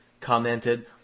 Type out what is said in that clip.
commented